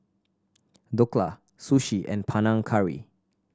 Dhokla Sushi and Panang Curry